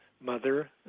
mother